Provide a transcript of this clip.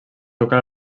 local